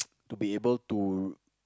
to be able to